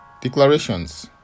declarations